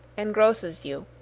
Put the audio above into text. engrosses you.